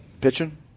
Pitching